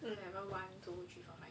eleven one two three four